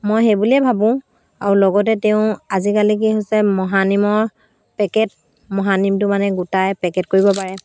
মই সেই বুলিয়ে ভাবোঁ আৰু লগতে তেওঁ আজিকালি কি হৈছে মহানিমৰ পেকেট মহানিমটো মানে গোটাই পেকেট কৰিব পাৰে